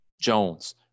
Jones